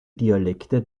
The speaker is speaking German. dialekte